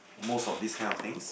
most of this kind of things